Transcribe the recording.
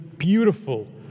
Beautiful